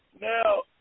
Now